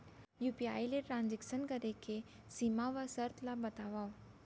UPI ले transaction करे के सीमा व शर्त ला बतावव?